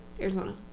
Arizona